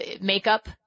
makeup